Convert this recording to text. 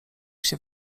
się